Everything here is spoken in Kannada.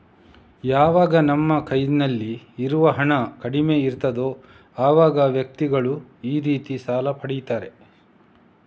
ಯಾವಾಗ ನಮ್ಮ ಕೈನಲ್ಲಿ ಇರುವ ಹಣ ಕಡಿಮೆ ಇರ್ತದೋ ಅವಾಗ ವ್ಯಕ್ತಿಗಳು ಈ ರೀತಿ ಸಾಲ ಪಡೀತಾರೆ